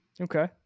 Okay